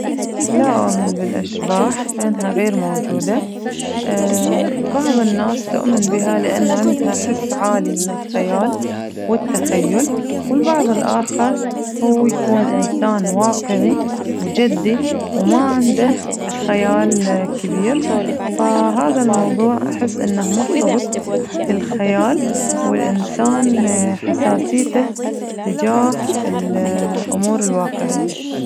لا أؤمن بالأشباح لأنها غير موجودة بعض الناس تؤمن بها لأن عندها حس عالي من الخيال والتخيل والبعض الآخر هو يكون إنسان واقعي وجدي وما عنده خيال كبير فهذا الموضوع أحس إنه مرتبط بالخيال والإنسان حساسيته تجاه الأمور ال واقعية.